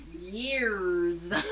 years